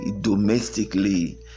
domestically